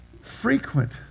frequent